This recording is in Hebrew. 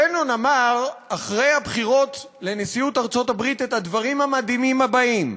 בנון אמר אחרי הבחירות לנשיאות ארצות-הברית את הדברים המדהימים האלה: